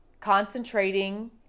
concentrating